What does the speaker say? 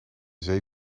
zee